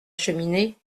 cheminée